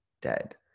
dead